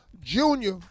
junior